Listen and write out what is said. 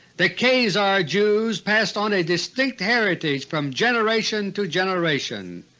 the khazar jews passed on a distinct heritage from generation to generation.